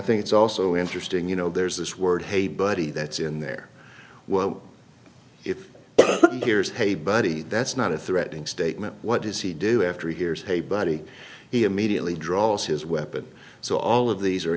think it's also interesting you know there's this word hey buddy that's in there well if here's hey buddy that's not a threatening statement what does he do after he hears hey buddy he immediately draws his weapon so all of these are